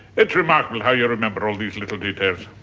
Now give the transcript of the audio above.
it's remarkable how you remember all these little details.